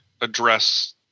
address